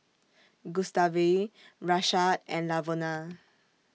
Gustave Rashaad and Lavona